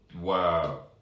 Wow